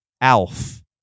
Alf